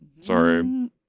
Sorry